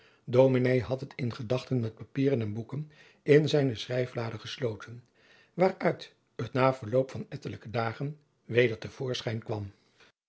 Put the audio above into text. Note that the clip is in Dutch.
dominé had het in gedachten met papieren en boeken in zijne schrijflade gesloten waaruit het na verloop van ettelijke dagen weder te voorschijn kwam